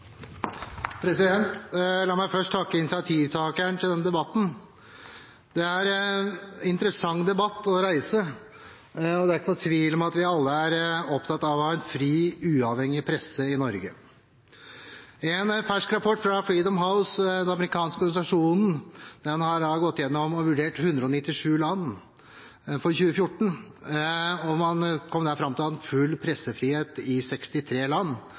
interessant debatt å reise, og det er ikke noen tvil om at vi alle er opptatt av å ha en fri, uavhengig presse i Norge. I en fersk rapport fra den amerikanske organisasjonen Freedom House har man gjennomgått og vurdert 197 land i 2014, og man kom da fram til at det var full pressefrihet i 63 land.